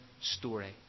story